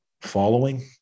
following